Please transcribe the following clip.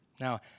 Now